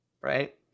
Right